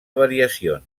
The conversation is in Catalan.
variacions